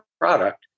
product